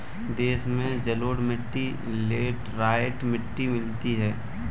देश में जलोढ़ मिट्टी लेटराइट मिट्टी मिलती है